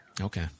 Okay